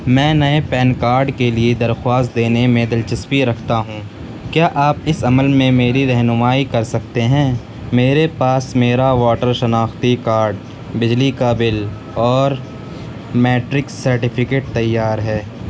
میں نئے PAN card کے لیے درخواست دینے میں دلچسپی رکھتا ہوں کیا آپ اس عمل میں میری رہنمائی کر سکتے ہیں میرے پاس میرا ووٹر شناختی کارڈ بجلی کا بل اور میٹرک سرٹیفکیٹ تیار ہے